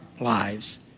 lives